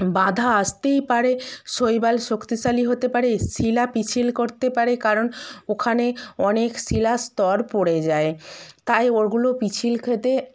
বাধা আসতেই পারে শৈবাল শক্তিশালী হতে পারে শিলা পিচ্ছিল করতে পারে কারণ ওখানে অনেক শিলার স্তর পড়ে যায় তাই ওগুলো পিচ্ছিল খেতে